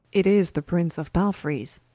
it is the prince of palfrayes,